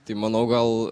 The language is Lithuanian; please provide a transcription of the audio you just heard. tai manau gal